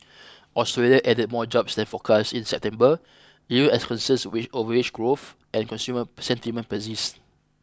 Australia added more jobs than forecast in September even as concerns with a wage growth and consumer sentiment persist